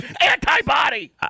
antibody